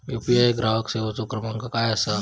UPI ग्राहक सेवेचो क्रमांक काय असा?